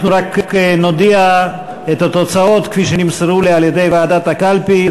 אנחנו רק נודיע את התוצאות כפי שנמסרו על-ידי ועדת הקלפי.